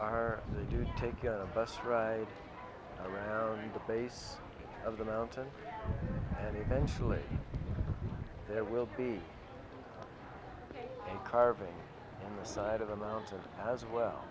are they do take a bus ride around the base of the mountain and eventually there will be a carving side of the mountain as well